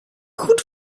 goed